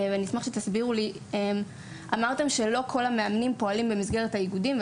ואני אשמח שתסבירו לי: אמרתם שלא כל המאמנים פועלים במסגרת האיגודים,